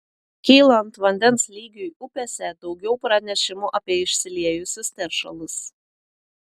kylant vandens lygiui upėse daugiau pranešimų apie išsiliejusius teršalus